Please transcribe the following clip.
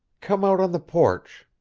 come out on the porch.